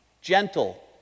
Gentle